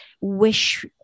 wish